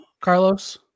Carlos